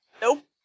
Nope